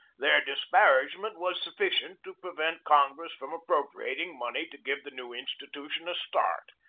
their disparagement was sufficient to prevent con gress from appropriating money to give the new in stitution a start.